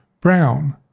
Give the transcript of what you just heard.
brown